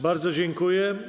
Bardzo dziękuję.